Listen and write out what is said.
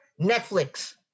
netflix